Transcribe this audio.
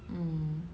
mm